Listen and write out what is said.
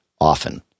often